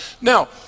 now